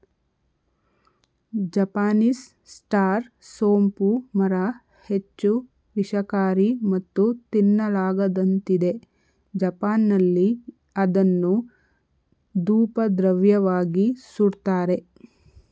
Japanese star ಸೋಂಪು ಮರ ಹೆಚ್ಚು ವಿಷಕಾರಿ ಮತ್ತು ತಿನ್ನಲಾಗದಂತಿದೆ ಜಪಾನ್ನಲ್ಲಿ ಅದನ್ನು ಧೂಪದ್ರವ್ಯವಾಗಿ ಸುಡ್ತಾರೆ